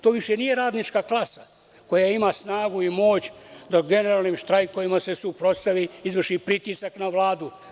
To više nije radnička klasa koja ima snagu i moć da generalnim štrajkovima se suprotstavi, izvrši pritisak na Vladu.